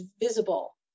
visible